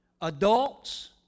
adults